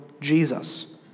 Jesus